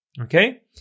okay